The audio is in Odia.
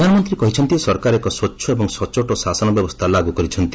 ପ୍ରଧାନମନ୍ତ୍ରୀ କହିଛନ୍ତି ସରକାର ଏକ ସ୍ୱଚ୍ଛ ଏବଂ ସଚ୍ଚୋଟ ଶାସନ ବ୍ୟବସ୍ଥା ଲାଗୁ କରିଛନ୍ତି